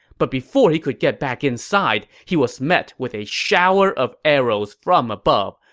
but before he could get back inside, he was met with a shower of arrows from above.